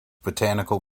botanical